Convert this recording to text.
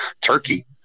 Turkey